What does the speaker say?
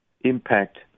impact